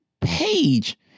page